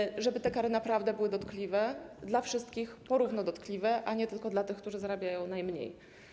Chodzi o to, żeby te kary naprawdę były dotkliwe dla wszystkich, po równo dotkliwe, a nie tylko dla tych, którzy zarabiają najmniej.